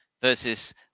versus